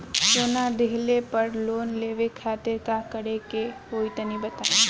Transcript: सोना दिहले पर लोन लेवे खातिर का करे क होई तनि बताई?